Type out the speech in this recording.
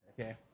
Okay